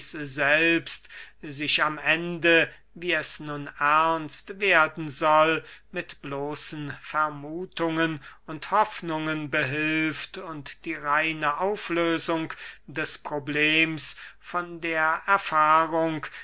selbst sich am ende wie es nun ernst werden soll mit bloßen vermuthungen und hoffnungen behilft und die reine auflösung des problems von der erfahrung